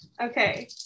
Okay